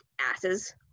asses